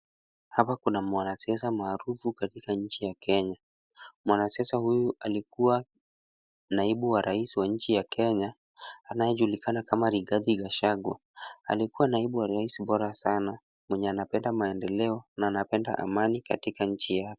Hapa kuna mwanasiasa maarufu katika nchi ya Kenya. Mwanasiasa huyu alikuwa naibu wa rais wa nchi ya Kenya anayejulikana kama Rigathi Gachagua, alikuwa naibu wa rais bora sana mwenye anapenda maendeleo na anapenda amani katika nchi yake.